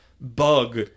bug